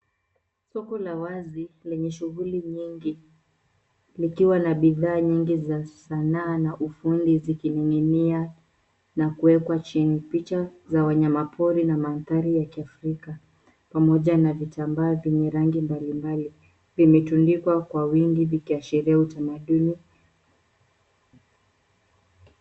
Soko la wazi lenye shughuli nyingi likiwa na bidhaa nyingi za sanaa na ufundi zikinig'inia na kuwekwa chini. Picha za wanyama pori na mandhari ya Kiafrika pamoja na vitambaa vyenye rangi mbalimbali vimetundikwa kwa uwingi vikiashiria utamaduni.